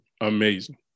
amazing